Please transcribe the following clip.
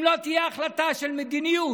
אם לא תהיה ההחלטה של מדיניות